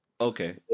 Okay